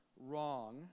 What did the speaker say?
wrong